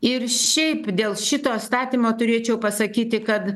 ir šiaip dėl šito įstatymo turėčiau pasakyti kad